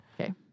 Okay